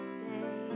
say